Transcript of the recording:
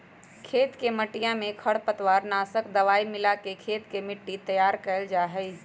खेत के मटिया में खरपतवार नाशक दवाई मिलाके खेत के मट्टी तैयार कइल जाहई